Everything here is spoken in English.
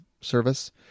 service